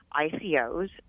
ICOs